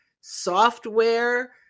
software